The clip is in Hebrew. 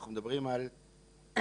אנחנו מדברים על 16,000,